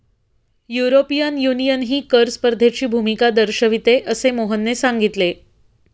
European युनियनही कर स्पर्धेची भूमिका दर्शविते, असे मोहनने सांगितले